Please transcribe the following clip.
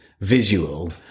visual